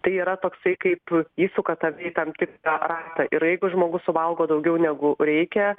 tai yra toksai kaip įsuka tave į tam tikrą ratą ir jeigu žmogus suvalgo daugiau negu reikia